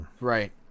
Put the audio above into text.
Right